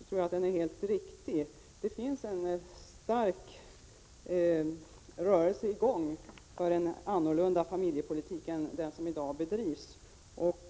anser jag att den tanken är helt riktig. Det har kommit i gång en stark rörelse för en annan familjepolitik än den vi har i dag.